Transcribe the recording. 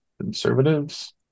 Conservatives